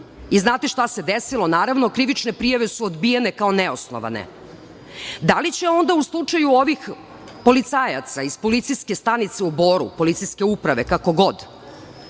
i znate šta se desilo? Naravno, krivične prijave su odbijene kao neosnovane. Da li će onda u slučaju ovih policajaca iz policijske stanice u Boru, PU, kako god,